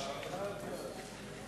סייג לאחריות פלילית